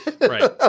Right